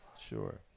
sure